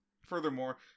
Furthermore